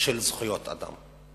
של זכויות אדם,